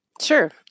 Sure